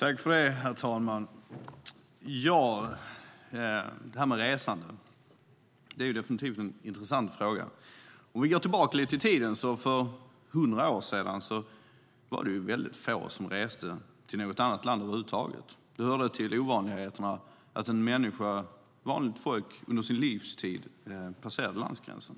Herr talman! Det här med resandet är definitivt en intressant fråga. Om vi går tillbaka lite i tiden var det väldigt få för hundra år sedan som reste till något annat land över huvud taget. Det hörde till ovanligheterna att vanligt folk under deras livstid passerade landgränsen.